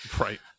right